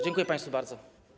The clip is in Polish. Dziękuję państwu bardzo.